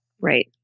Right